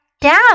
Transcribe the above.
down